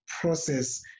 process